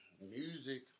Music